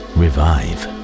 revive